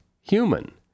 human